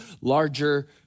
larger